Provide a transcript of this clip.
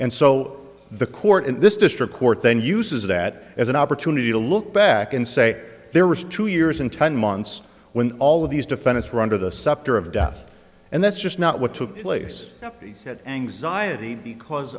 and so the court in this district court then uses that as an opportunity to look back and say there was two years and ten months when all of these defendants were under the scepter of death and that's just not what took place he said anxiety because